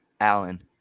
Allen